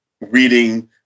reading